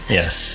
yes